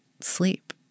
sleep